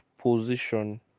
position